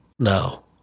No